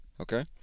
okay